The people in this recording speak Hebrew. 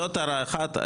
זאת הערה אחת,